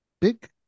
Big